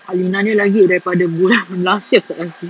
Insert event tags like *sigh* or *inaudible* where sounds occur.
alina punya lagi daripada bulan *laughs* last year aku tak kasih